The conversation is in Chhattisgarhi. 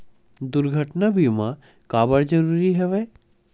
दुर्घटना बीमा काबर जरूरी हवय?